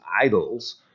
idols